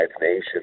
Nation